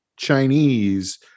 chinese